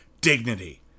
dignity